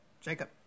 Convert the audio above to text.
Jacob